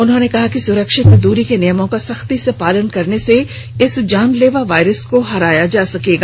उन्होंने कहा कि सुरक्षित दूरी के नियमों का सख्ती से पालन करने से इस जानलेवा वायरस को हराया जा सकेगा